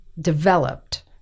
developed